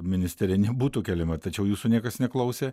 ministerija nebūtų keliama tačiau jūsų niekas neklausė